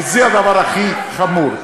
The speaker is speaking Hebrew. וזה הדבר הכי חמור.